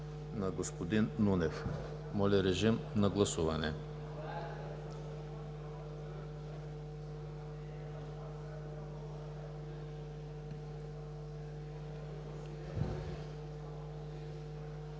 Моля, режим на гласуване